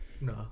No